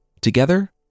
Together